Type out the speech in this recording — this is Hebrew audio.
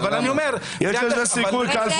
בקואליציה שלך יש לזה סיכוי.